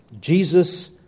Jesus